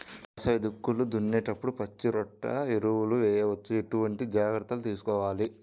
వేసవి దుక్కులు దున్నేప్పుడు పచ్చిరొట్ట ఎరువు వేయవచ్చా? ఎటువంటి జాగ్రత్తలు తీసుకోవాలి?